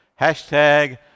Hashtag